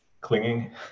clinging